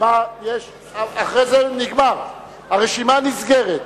אחרי זה נגמר, הרשימה נסגרת.